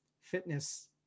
fitness